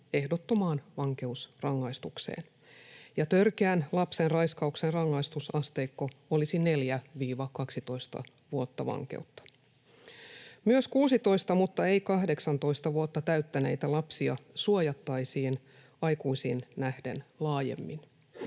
ehdottomaan vankeusrangaistukseen, ja törkeän lapsenraiskauksen rangaistusasteikko olisi 4–12 vuotta vankeutta. Myös 16 mutta ei 18 vuotta täyttäneitä lapsia suojattaisiin aikuisiin nähden laajemmin.